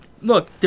Look